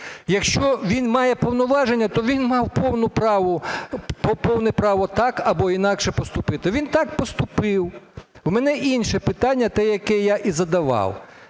Якщо він має повноваження, то він мав повне право так/або інакше поступити. Він так поступив. У мене інше питання, те, яке я і задавав.